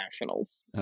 Nationals